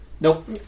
Nope